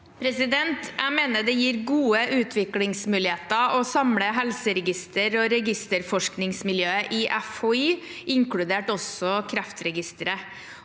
Jeg mener det gir gode utviklingsmuligheter å samle helseregister- og registerforskningsmiljøet i FHI, inkludert Kreftregisteret.